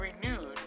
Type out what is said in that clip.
renewed